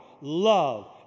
love